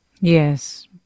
Yes